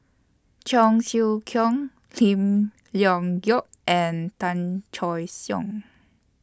Cheong Siew Keong Lim Leong Geok and Tan Choy Siong